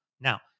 Now